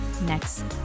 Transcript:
next